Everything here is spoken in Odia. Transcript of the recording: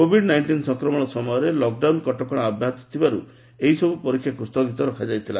କୋଭିଡ୍ ନାଇଷ୍ଟିନ୍ ସଂକ୍ରମଣ ସମୟରେ ଲକଡାଉନ କଟକଣା ଅବ୍ୟାତ ଥିବାରୁ ଏହିସବୁ ପରୀକ୍ଷାକୁ ସ୍ଥଗିତ ରଖାଯାଇଥିଲା